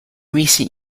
recent